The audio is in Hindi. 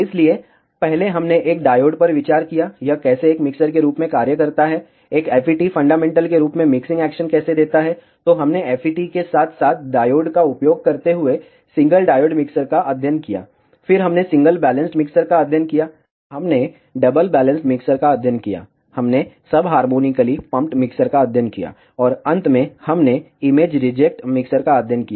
इसलिए पहले हमने एक डायोड पर विचार किया यह कैसे एक मिक्सर के रूप में कार्य करता है एक FET फंडामेंटल रूप से मिक्सिंग एक्शन कैसे देता है तो हमने FET के साथ साथ डायोड का उपयोग करते हुए सिंगल डायोड मिक्सर का अध्ययन किया फिर हमने सिंगल बैलेंस्ड मिक्सर का अध्ययन किया हमने डबल बैलेंस्ड मिक्सर का अध्ययन किया हमने सब हारमोनीकली पम्पड मिक्सर का अध्ययन किया और अंत में हमने इमेज रिजेक्ट मिक्सर का अध्ययन किया